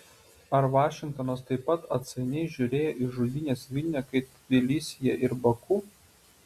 ar vašingtonas taip pat atsainiai žiūrėjo į žudynes vilniuje kaip tbilisyje ir baku